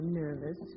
nervous